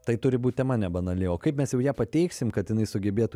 tai turi būt tema nebanali o kaip mes jau ją pateiksim kad jinai sugebėtų